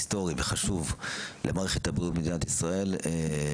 הוועדה מבקשת ממשרד הבריאות לשבת עם איגוד עוזרי הרופא על מנת